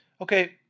Okay